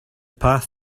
path